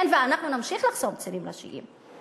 כן, ואנחנו נמשיך לחסום צירים ראשיים.